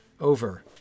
over